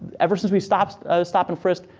ever since we stopped stop and frisk,